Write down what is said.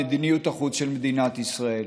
במדיניות החוץ של מדינת ישראל.